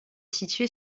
située